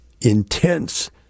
intense